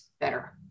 better